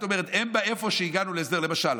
איפה שהגענו להסדר למשל,